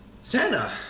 Santa